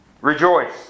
Rejoice